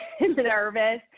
nervous